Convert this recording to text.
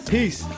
Peace